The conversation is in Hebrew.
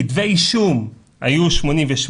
כתבי אישום היו 88,